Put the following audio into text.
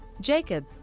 Jacob